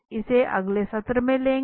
इसे अगले सत्र में लेंगे